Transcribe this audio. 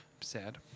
Sad